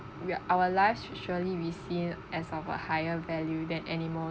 we our life should surely be seen as of a higher value than animal